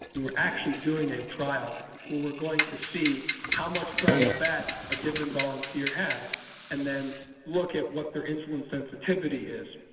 actually doing a trial where we're going to see how much brown fat a given volunteer has and then look at what their insulin sensitivity is.